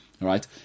Right